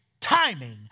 timing